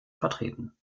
vertreten